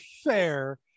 fair